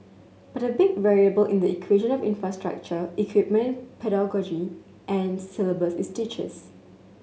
but big variable in the infrastructure equipment pedagogy and syllabus is teachers